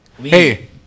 Hey